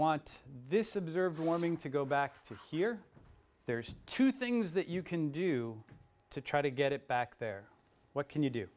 want this observed warming to go back so here there's two things that you can do to try to get it back there what can you do